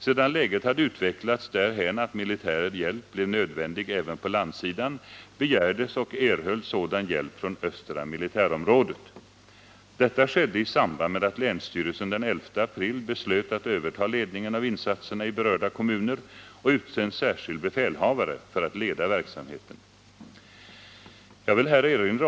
Sedan läget hade utvecklats därhän att militär hjälp blev nödvändig även på landsidan, begärdes och erhölls sådan hjälp från Östra militärområdet. Detta skedde i samband med att länsstyrelsen den 11 april beslöt att överta ledningen av insatserna i berörda kommuner och utse en särskild befälhavare för att leda verksamheten.